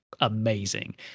amazing